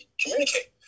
communicate